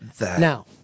Now